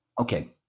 okay